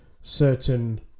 certain